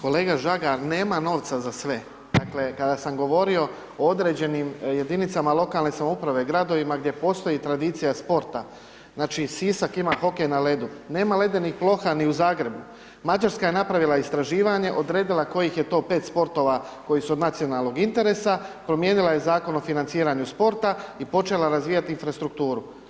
Kolega Žagar, nema novca za sve, dakle kada sam govorio o određenim jedinicama lokalne samouprave, gradovima gdje postoji tradicija sporta, znači Sisak ima hokej na ledu, nema ledenih ploha ni u Zagrebu, Mađarska je napravila istraživanje, odredila kojih je to 5 sportova koji su od nacionalnog interesa, promijenila je zakon o financiranju sporta i počela razvijati infrastrukturu.